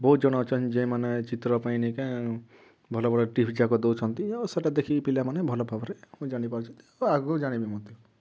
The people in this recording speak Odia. ବହୁତ ଜଣ ଅଛନ୍ତି ଯେ ମାନେ ଚିତ୍ର ପାଇଁ ନେଇକା ଭଲ ଭଲ ଟିପ୍ସ ଯାକ ଦେଉଛନ୍ତି ଆଉ ସେଇଟା ଦେଖିକି ପିଲାମାନେ ଭଲ ଭାବରେ ଜାଣିପାରୁଛନ୍ତି ଓ ଆଗକୁ ଜାଣିବେ ମଧ୍ୟ